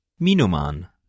Minuman